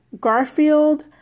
Garfield